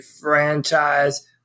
franchise